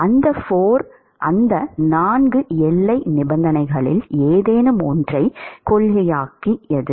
அந்த 4 எல்லை நிபந்தனைகளில் ஏதேனும் ஒன்றைக் கொள்கையாக்கியது